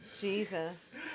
Jesus